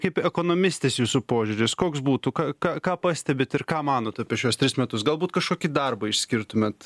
kaip ekonomistės jūsų požiūris koks būtų ką ką ką pastebit ir ką manot apie šiuos tris metus galbūt kažkokį darbą išskirtumėt